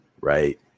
Right